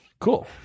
cool